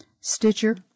Stitcher